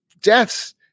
deaths